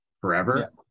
forever